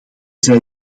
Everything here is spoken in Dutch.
zij